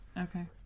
Okay